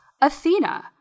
Athena